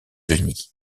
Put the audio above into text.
unies